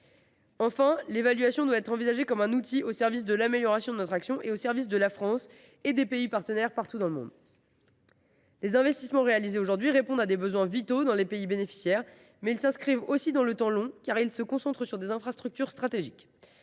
Enfin, l’évaluation doit être envisagée comme un outil au service de l’amélioration de notre action, ainsi qu’au service de la France et de nos partenaires diplomatiques partout dans le monde. Les investissements réalisés aujourd’hui répondent à des besoins vitaux dans les pays bénéficiaires. Cependant, ils s’inscrivent aussi dans le temps long, car ils se concentrent sur des infrastructures stratégiques.